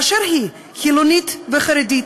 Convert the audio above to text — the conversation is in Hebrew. באשר היא: חילונית וחרדית,